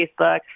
Facebook